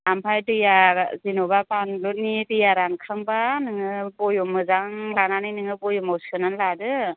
ओमफ्राय दैआ जेन'बा बानलुनि दैया रानखांब्ला नोङो बयेम मोजां लानानै नोङो बयेमाव सोनानै लादो